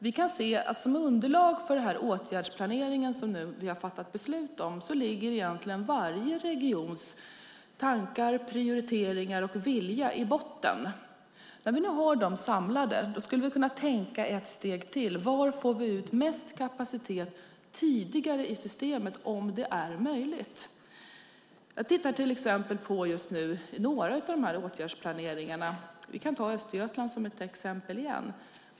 Vi kan se att som underlag för den åtgärdsplanering som vi har fattat beslut om ligger varje regions tankar, prioriteringar och vilja. När vi nu har dem samlade skulle vi kunna tänka ett steg till. Var får vi ut mest kapacitet tidigare i systemet om det är möjligt? Jag tittar nu på några av åtgärdsplaneringarna. Vi kan ta Östergötland som ett exempel igen.